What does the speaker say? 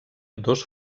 dos